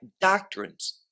doctrines